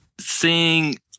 seeing